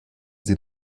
sie